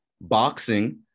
boxing